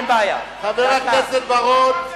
חבר הכנסת בר-און,